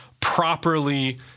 properly